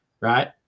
right